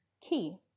Key